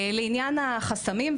לעניין החסמים,